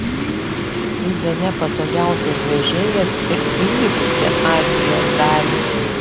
tai bene patogiausias vežėjas ir į likusią azijos dalį